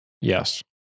Yes